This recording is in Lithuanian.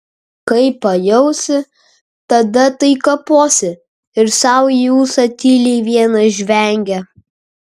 kai pajausi tada tai kaposi ir sau į ūsą tyliai vienas žvengia